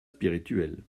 spirituel